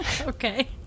Okay